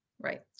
Right